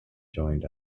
joined